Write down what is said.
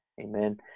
Amen